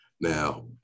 Now